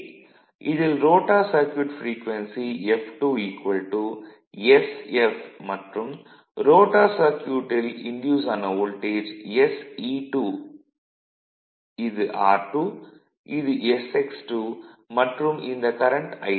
இதில் rotor circuit frequency f2 sf மற்றும் rotor சர்க்யூட்டில் இண்டியூஸ் ஆன வோல்டேஜ் sE2 இது r2 இது sx2 மற்றும் இந்த கரண்ட் I2